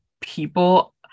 people